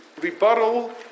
rebuttal